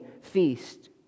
feast